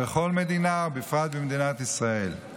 בכל מדינה, ובפרט במדינת ישראל.